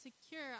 secure